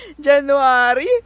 January